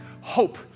hope